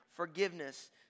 forgiveness